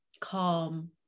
calm